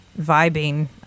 vibing